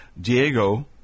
Diego